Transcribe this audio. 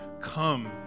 come